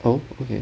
oh okay